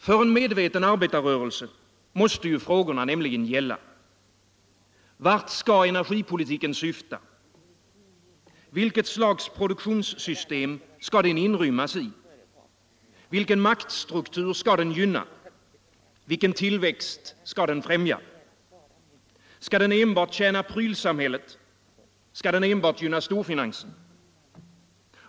För en medveten arbetarrörelse måste frågorna nämligen gälla: Vart skall energipolitiken syfta? Vilket slags produktionssystem skall den inrymmas i? Vilken maktstruktur skall den gynna? Vilken tillväxt skall den främja? Skall den enbart tjäna prylsamhället? Skall den enbart gynna storfinansen?